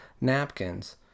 napkins